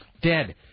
Dead